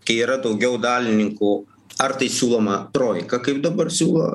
kai yra daugiau dalininkų ar tai siūloma troika kaip dabar siūlo